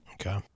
Okay